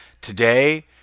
Today